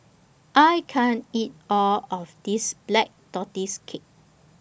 I can't eat All of This Black Tortoise Cake